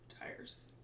tires